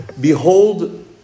Behold